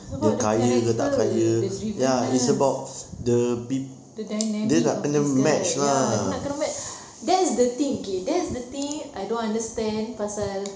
it's about the character the driveness the dynamic of this guy ya dia nak kena match that's the thing okay that's the thing I don't understand pasal